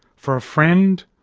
for a friend,